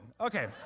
okay